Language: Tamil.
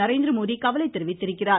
நரேந்திரமோதி கவலை தெரிவித்திருக்கிறார்